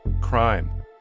crime